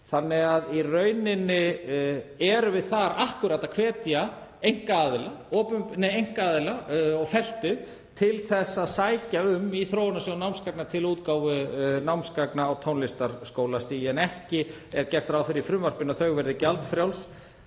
þannig að í rauninni erum við akkúrat að hvetja einkaaðila og feltið til að sækja um í þróunarsjóð námsgagna til útgáfu námsgagna á tónlistarskólastigi. Ekki er gert ráð fyrir því í frumvarpinu að þau verði gjaldfrjáls